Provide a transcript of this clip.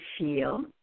feel